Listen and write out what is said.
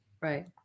Right